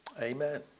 Amen